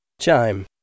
Chime